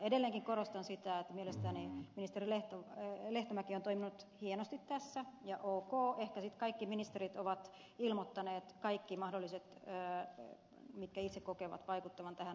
edelleenkin korostan sitä että mielestäni ministeri lehtomäki on toiminut hienosti tässä ja ok ehkä sitten kaikki ministerit ovat ilmoittaneet kaikki mahdolliset mitkä itse kokevat vaikuttavan tähän asiaan